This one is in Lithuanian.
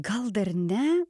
gal dar ne